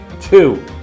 two